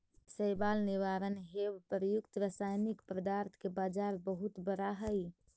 शैवाल निवारण हेव प्रयुक्त रसायनिक पदार्थ के बाजार बहुत बड़ा हई